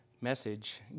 message